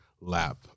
lap